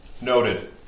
Noted